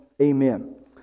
amen